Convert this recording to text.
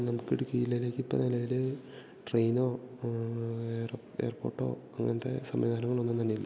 നമുക്ക് ഇടുക്കിയില് ഇപ്പം നിലവിൽ ട്രെയിനോ എയർ എയർപോട്ടോ അങ്ങൻത്തെ സംവിധാനങ്ങളൊന്നും തന്നെ ഇല്ല